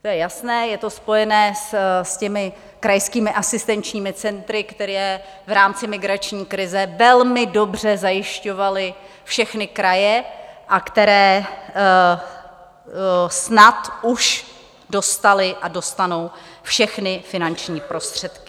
To je jasné, je to spojeno s těmi krajskými asistenční centry, která v rámci migrační krize velmi dobře zajišťovaly všechny kraje a která snad už dostala a dostanou všechny finanční prostředky.